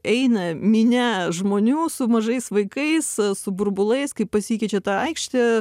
eina minia žmonių su mažais vaikais su burbulais kaip pasikeičia ta aikštė